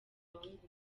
abahungu